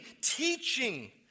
teaching